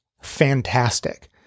fantastic